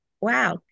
wow